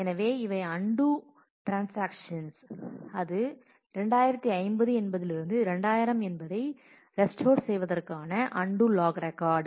எனவே இவை undo transactions அது 2050 என்பதிலிருந்து 2000 என்பதனை ரெஸ்டோர் செய்வதற்கான அன்டூ லாக் ரெக்கார்ட்